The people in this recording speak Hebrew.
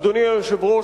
אדוני היושב-ראש,